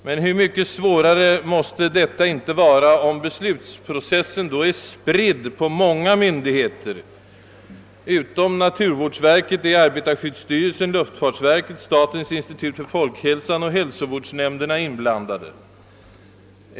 Men hur mycket besvärligare måste detta inte vara, om beslutsprocessen är utspridd på många myndigheter? Utom naturvårdsverket är arbetarskyddsstyrelsen, luftfartsverket, statens institut för folkhälsan, hälsovårdsnämnderna och kanske ytterligare myndigheter inblandade i detta sammanhang.